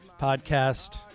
podcast